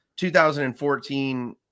2014